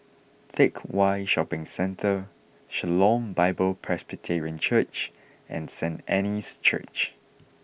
Teck Whye Shopping Centre Shalom Bible Presbyterian Church and Saint Anne's Church